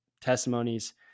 testimonies